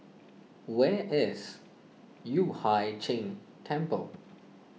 where is Yueh Hai Ching Temple